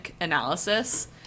analysis